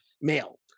male